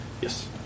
Yes